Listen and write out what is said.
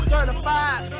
Certified